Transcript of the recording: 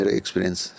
experience